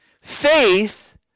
Faith